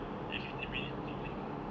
like fifteen minutes fifteen min~